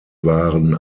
waren